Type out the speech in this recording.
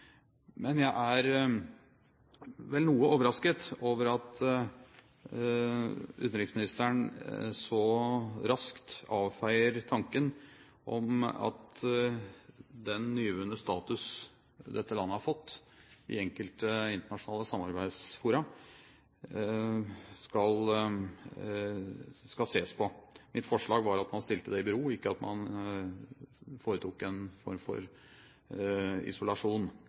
Men jeg er vel noe overrasket over at utenriksministeren så raskt avfeier tanken om at den nyvunne statusen dette landet har fått i enkelte internasjonale samarbeidsfora, skal ses på. Mitt forslag er at man stiller det i bero, ikke at man foretar en form for isolasjon.